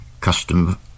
custom